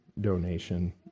donation